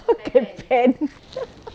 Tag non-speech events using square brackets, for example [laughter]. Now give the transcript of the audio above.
pakai pen [laughs]